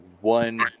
one